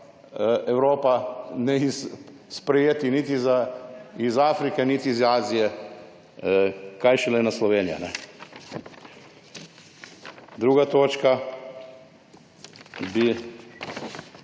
Evropa ne more sprejeti niti iz Afrike niti iz Azije, kaj šele ena Slovenija. Druga točka,